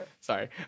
Sorry